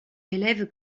élève